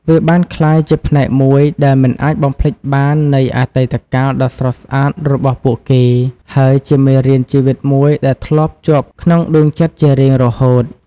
វាបានក្លាយជាផ្នែកមួយដែលមិនអាចបំភ្លេចបាននៃអតីតកាលដ៏ស្រស់ស្អាតរបស់ពួកគេ ហើយជាមេរៀនជីវិតមួយដែលឆ្លាក់ជាប់ក្នុងដួងចិត្តជារៀងរហូត។